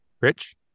Rich